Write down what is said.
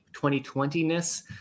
2020-ness